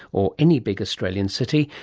or any big australian city,